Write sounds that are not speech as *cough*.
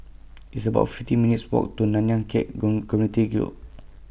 *noise* It's about fifty minutes' Walk to Nanyang Khek *unintelligible* Community Guild